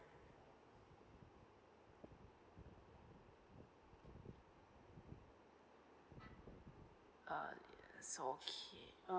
uh so okay uh